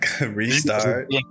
restart